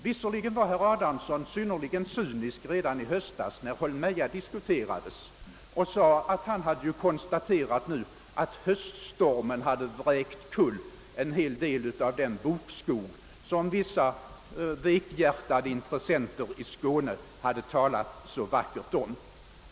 Visserligen var herr Adamsson mycket cynisk redan i höstas, när Holmeja diskuterades, och sade att han hade konstaterat, att höststormen hade vräkt omkull en hel del av den bokskog som vissa vekhjärtade intressenter i Skåne hade talat så vackert om.